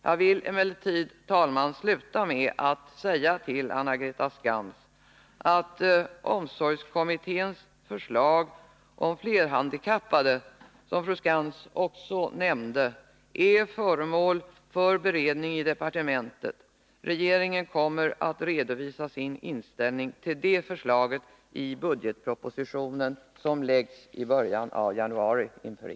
Jag vill emellertid sluta med att säga till Anna-Greta Skantz att omsorgskommitténs förslag om flerhandikappade, som Anna-Greta Skantz också nämnde, är föremål för beredning i departementet. Regeringen kommer att redovisa sin inställning till det förslaget i budgetpropositionen i början av januari.